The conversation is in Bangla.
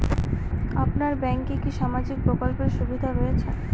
আপনার ব্যাংকে কি সামাজিক প্রকল্পের সুবিধা রয়েছে?